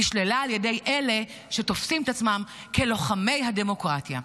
נשללה על ידי אלה שתופסים את עצמם כלוחמי הדמוקרטיה.